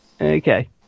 okay